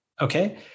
Okay